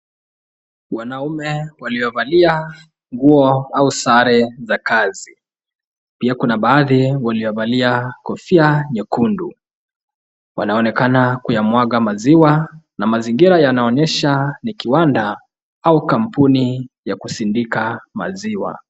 Wanaume waliovalia nguo au sare za kazi, pia kuna baadhi waliovalia kofia nyekundu. Wanaonekana kuyamwaga maziwa na mazingira yanaonyesha ni kiwanda au kampuni ya kusindika maziwa.